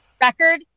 record